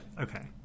okay